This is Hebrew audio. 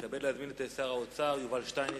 מתכבד להזמין את שר האוצר יובל שטייניץ.